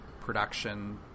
production